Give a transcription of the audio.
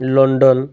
London